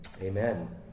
amen